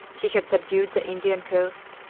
he had subdued the indian coast,